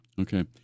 Okay